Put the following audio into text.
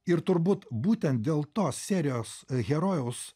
ir turbūt būtent dėl tos serijos herojaus